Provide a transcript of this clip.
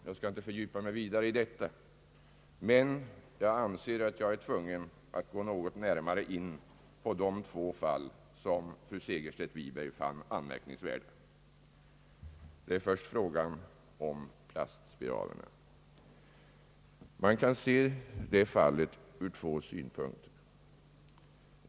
Jag skall inte fördjupa mig vidare i detta, men jag anser att jag är tvungen att gå närmare in på de två fall som fru Segerstedt Wiberg fann anmärkningsvärda, Det gäller först frå gan om plastspiralerna. Man kan se det fallet ur två synvinklar.